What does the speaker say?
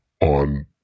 on